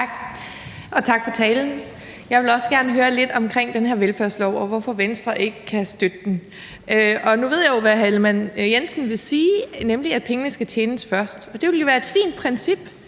tak for talen. Jeg vil også gerne høre lidt om den her velfærdslov, og hvorfor Venstre ikke kan støtte den. Nu ved jeg jo, hvad hr. Jakob Ellemann-Jensen vil sige, nemlig at pengene skal tjenes først. Det ville også være et fint princip,